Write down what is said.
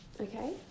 Okay